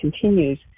continues